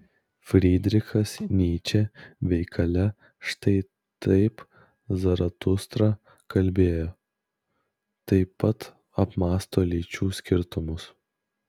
frydrichas nyčė veikale štai taip zaratustra kalbėjo taip pat apmąsto lyčių skirtumus